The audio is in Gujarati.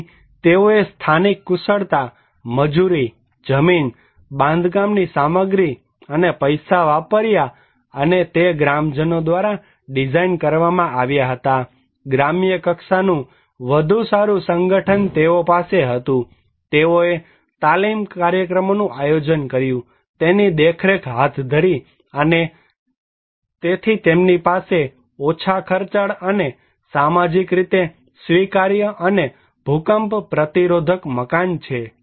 તેથી તેઓએ સ્થાનિક કુશળતા મજુરી જમીન બાંધકામની સામગ્રી અને પૈસા વાપર્યા અને તે ગ્રામજનો દ્વારા ડિઝાઇન કરવામાં આવ્યા હતા ગ્રામ્ય કક્ષાનું વધુ સારુ સંગઠન તેઓ પાસે હતું તેઓએ તાલીમ કાર્યક્રમોનું આયોજન કર્યું તેની દેખરેખ હાથ ધરી અને તેથી તેમની પાસે ઓછા ખર્ચાળ અને સામાજિક રીતે સ્વીકાર્ય અને ભૂકંપ પ્રતિરોધક મકાન છે